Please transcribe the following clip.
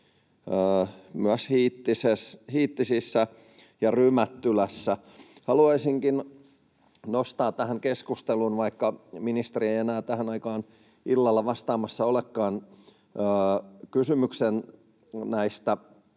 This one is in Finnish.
myös Hiittisissä ja Rymättylässä. Haluaisinkin nostaa tähän keskusteluun, vaikka ministeri ei enää tähän aikaan illalla vastaamassa olekaan, kysymyksen näistä